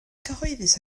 cyhoeddus